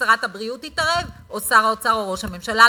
ששרת הבריאות תתערב, או שר האוצר, או ראש הממשלה.